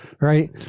right